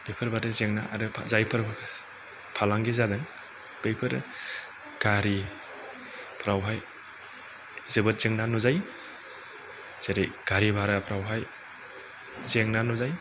बेफोरबायदि जेंना आरो जायफोर फालांगि जादों बैफोर गारि फ्रावहाय जोबोद जेंना नुजायो जेरै गारि भाराफ्रावहाय जेंना नुजायो